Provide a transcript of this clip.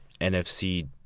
NFC